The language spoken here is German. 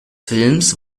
films